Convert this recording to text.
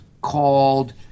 called